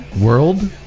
World